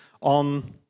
on